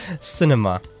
Cinema